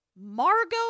Margot